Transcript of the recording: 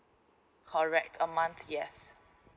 correct a month yes